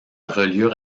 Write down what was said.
reliure